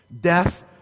Death